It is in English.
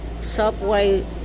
subway